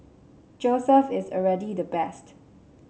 Joseph is already the best